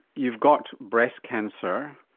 you've got breast cancer,